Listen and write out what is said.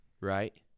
right